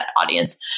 audience